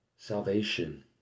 Salvation